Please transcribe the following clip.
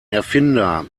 erfinder